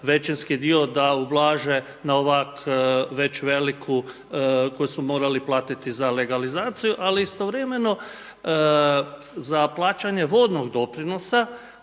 većinski dio da ublaže na ovako već veliku, koju su morali platiti za legalizaciju. Ali istovremeno za plaćanje vodnog doprinosa